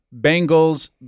Bengals